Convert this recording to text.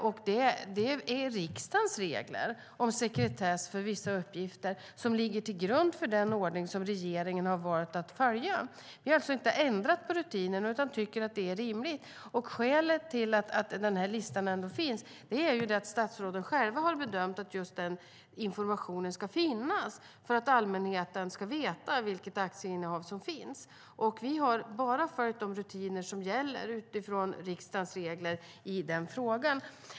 Det är riksdagens regler om sekretess för vissa uppgifter som ligger till grund för den ordning regeringen har valt att följa. Vi har alltså inte ändrat på rutinerna utan tycker att de är rimliga. Skälet till att listan ändå finns är att statsråden själva har bedömt att just den informationen ska finnas, för att allmänheten ska veta vilka aktieinnehav som finns. Vi har bara följt de rutiner som gäller utifrån riksdagens regler i frågan.